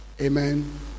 Amen